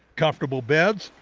comfortable beds,